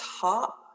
top